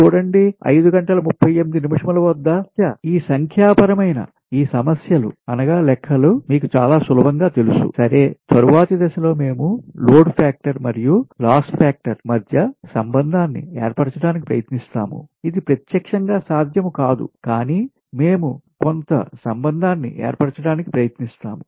కాబట్టి ఈ సంఖ్యా పరమైన ఈ సమస్యలు లెక్కలు మీకు చాలా సులభం గా తెలుసు సరే తరువాతిదశలో మేము లోడ్ ఫాక్టర్ మరియు లాస్ ఫాక్టర్ మధ్య సంబంధాన్ని ఏర్పరచడానికి ప్రయత్నిస్తాము ఇది ప్రత్యక్షంగా సాధ్యం కాదు కానీ మేము కొంత సంబంధాన్ని ఏర్పరచటానికి ప్రయత్నిస్తాము